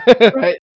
Right